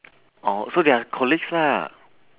oh so they are colleagues lah